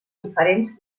diferents